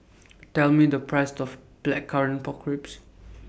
Tell Me The Price of Blackcurrant Pork Ribs